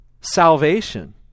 Salvation